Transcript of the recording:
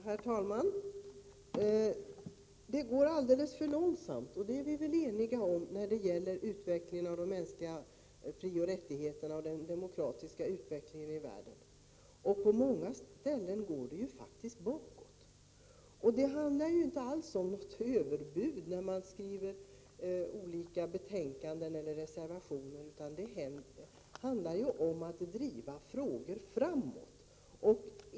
Herr talman! Vi är eniga om att det går alldeles för långsamt när det gäller utvecklingen av de mänskliga frioch rättigheterna och den demokratiska utvecklingen i världen. På många ställen går det faktiskt bakåt. Det handlar inte alls om överbud när man skriver betänkanden eller reservationer, utan det handlar om att driva frågor framåt.